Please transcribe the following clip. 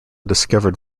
discovered